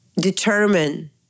determine